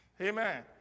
Amen